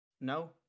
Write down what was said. No